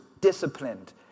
disciplined